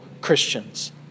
christians